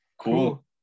Cool